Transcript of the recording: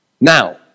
Now